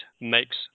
makes